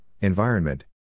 environment